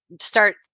start